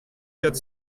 quatre